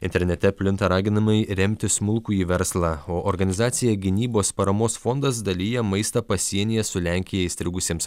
internete plinta raginimai remti smulkųjį verslą o organizacija gynybos paramos fondas dalija maistą pasienyje su lenkija įstrigusiems